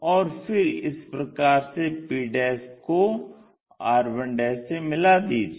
और फिर इस प्रकार से p को r1 से मिला दीजिये